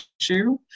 issue